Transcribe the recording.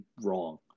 wrong